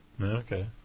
Okay